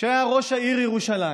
שהיה ראש העיר ירושלים,